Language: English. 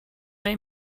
may